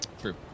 True